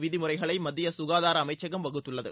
விதிமுறைகளை மத்திய சுகாதார அமைச்சகம் வகுத்துள்ளது